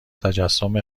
تجسم